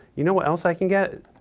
you know what else i can get?